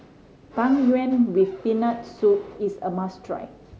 Tang Yuen with Peanut Soup is a must try